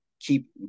keep